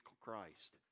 Christ